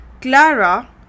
Clara